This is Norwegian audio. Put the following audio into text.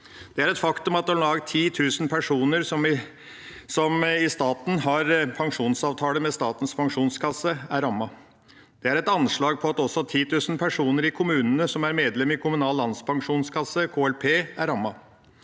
Det er et faktum at om lag 10 000 personer som i staten har en pensjonsavtale med Statens pensjonskasse, er rammet. Det er et anslag på at også 10 000 personer i kommunene som er medlem i Kommunal Landspensjonskasse, KLP, er rammet.